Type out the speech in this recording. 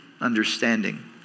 understanding